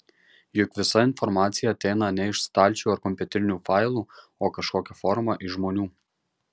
juk visa informacija ateina ne iš stalčių ar kompiuterinių failų o kažkokia forma iš žmonių